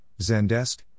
Zendesk